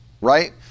right